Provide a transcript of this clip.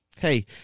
Hey